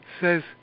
says